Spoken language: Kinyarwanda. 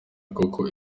kuko